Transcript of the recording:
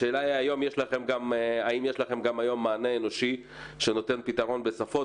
האם יש לכם גם היום מענה אנושי שנותן פתרון בשפות,